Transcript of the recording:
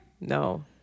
No